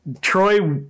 Troy